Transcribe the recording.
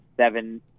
seven